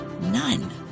None